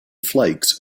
flakes